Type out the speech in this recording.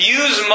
use